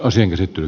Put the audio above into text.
asian käsittely